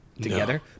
Together